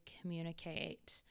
communicate